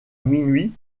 minuit